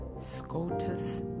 SCOTUS